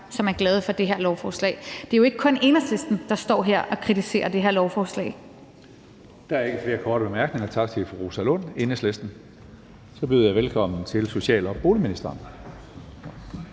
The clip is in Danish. som er glade for det? Det er jo ikke kun Enhedslisten, der kritiserer det her lovforslag.